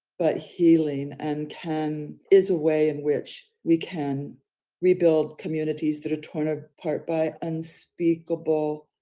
but healing and can is a way in which we can rebuild communities that are torn apart by unspeakable,